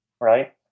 right